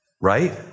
right